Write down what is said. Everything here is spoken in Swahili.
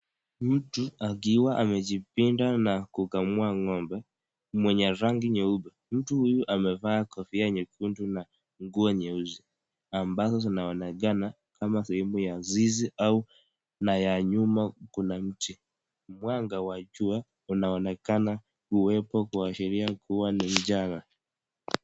Mtu akiwa amejipinda na kukamua ng’ombe mwenye rangi nyeupe. Mtu huyu amevaa kofia nyekundu na nguo nyeusi ambazo zinaonekana kama sehemu ya zizi au nyuma kuna mti. Mwanga wa jua unaonekana kuwepo kuashiria ni mchana.